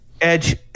Edge